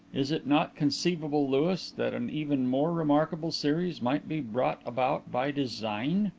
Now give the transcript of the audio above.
is it not conceivable, louis, that an even more remarkable series might be brought about by design?